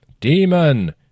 Demon